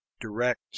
direct